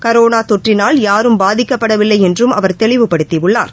கரோனாதொற்றினால் யாரும் பாதிக்கப்படவில்லைஎன்றும் அவர் தெளிவுபடுத்தியுள்ளார்